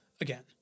again